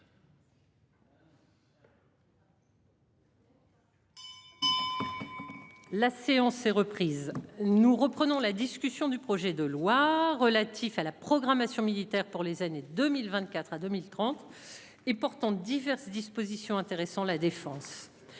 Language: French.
La séance est reprise nous reprenons la discussion du projet de loi relatif à la programmation militaire pour les années 2024 à 2030 et portant diverses dispositions intéressant la défense.